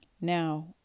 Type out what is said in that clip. Now